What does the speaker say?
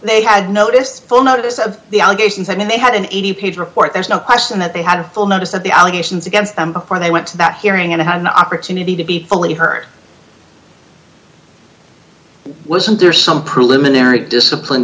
they had noticed full notice of the allegations and they had an eighty page report there's no question that they had full notice of the allegations against them before they went to that hearing and an opportunity to be fully heard wasn't there some preliminary discipline